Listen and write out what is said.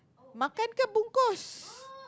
makan